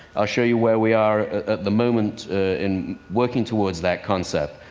i'll show you where we are at the moment in working towards that concept.